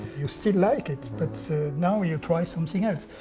you still like it but now you try something else.